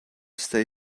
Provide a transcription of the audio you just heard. stay